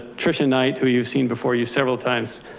trisha knight, who you've seen before you several times.